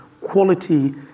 quality